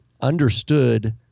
understood